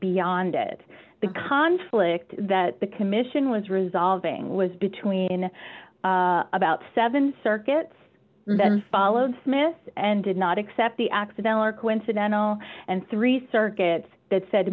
beyond it the conflict that the commission was resolving was between about seven circuits and followed smith and did not accept the accidental or coincidental and three circuits that said